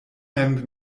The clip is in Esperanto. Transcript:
mem